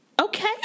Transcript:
Okay